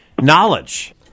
knowledge